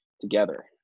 together